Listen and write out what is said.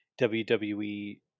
WWE